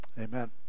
Amen